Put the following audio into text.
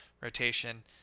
rotation